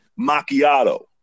macchiato